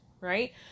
Right